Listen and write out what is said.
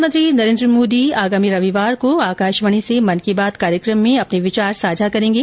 प्रधानमंत्री नरेन्द्र मोदी आगामी रविवार को आकाशवाणी से मन की बात कार्यक्रम में अपने विचार साझा करेंगे